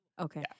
Okay